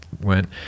Went